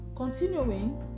continuing